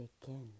begin